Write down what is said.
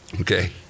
Okay